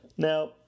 Now